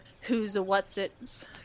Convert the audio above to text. who's-a-what's-its